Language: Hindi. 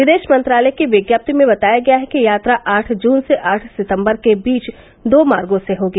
विदेश मंत्रालय की विज्ञप्ति में बताया गया है कि यात्रा आठ जून से आठ सितम्बर के बीच दो मार्गो से होगी